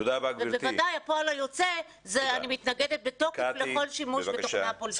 ובוודאי הפועל היוצא זה שאני מתנגדת בתוקף לכל שימוש בתוכנה פולשנית.